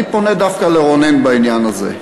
אני פונה דווקא לרונן בעניין הזה.